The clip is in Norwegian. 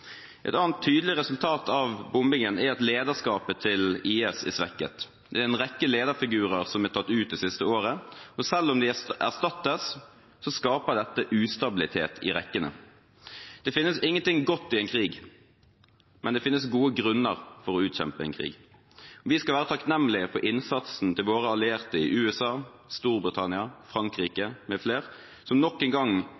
Et annet tydelig resultat av bombingen er at lederskapet til IS er svekket. Det er en rekke lederfigurer som er tatt ut det siste året, og selv om de erstattes, så skaper dette ustabilitet i rekkene. Det finnes ingenting godt i en krig, men det finnes gode grunner for å utkjempe en krig. Vi skal være takknemlige for innsatsen til våre allierte i USA, Storbritannia,